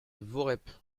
voreppe